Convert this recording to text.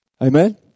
Amen